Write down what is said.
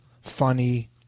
funny